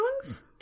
songs